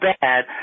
bad